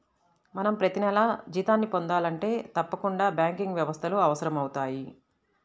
మనం ప్రతినెలా జీతాన్ని పొందాలంటే తప్పకుండా బ్యాంకింగ్ వ్యవస్థలు అవసరమవుతయ్